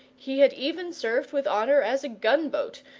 he had even served with honour as a gun-boat,